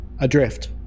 adrift